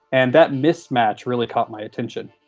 and that mismatch really caught my attention.